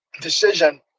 decision